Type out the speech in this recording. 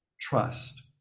trust